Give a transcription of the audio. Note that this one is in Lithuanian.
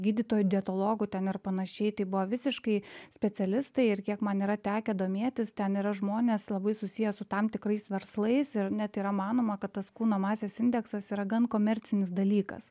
gydytojų dietologų ten ir panašiai tai buvo visiškai specialistai ir kiek man yra tekę domėtis ten yra žmonės labai susiję su tam tikrais verslais ir net yra manoma kad tas kūno masės indeksas yra gan komercinis dalykas